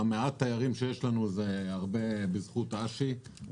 מעט התיירים שיש לנו זה הרבה בזכות אשי,